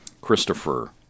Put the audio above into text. Christopher